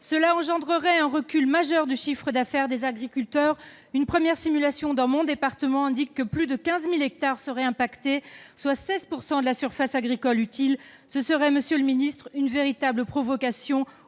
Cela susciterait un recul majeur du chiffre d'affaires des agriculteurs : une première simulation dans mon département des Yvelines indique que plus de 15 000 hectares seraient affectés, soit 16 % de la surface agricole utile. Ce serait une véritable provocation